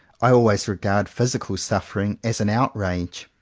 i always regard physical suffering as an outrage,